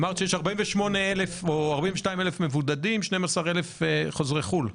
אמרת שיש 42,000 מבודדים, 12,000 חוזרי חו"ל.